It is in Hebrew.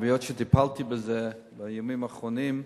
היות שטיפלתי בזה בימים האחרונים,